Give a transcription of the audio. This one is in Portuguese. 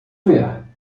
ver